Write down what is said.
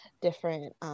different